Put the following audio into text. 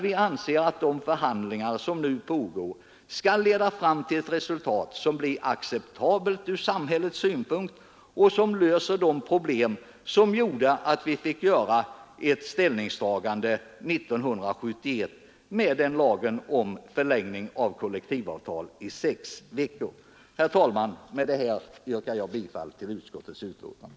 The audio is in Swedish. Vi anser att de förhandlingar som nu pågår skall leda fram till ett resultat som blir acceptabelt från samhällets synpunkt och löser de problem som gjorde att vi fick göra ett ställningstagande 1971 med lagen om förlängning av kollektivavtal i sex veckor. Herr talman! Med det anförda yrkar jag bifall till utskottets hemställan.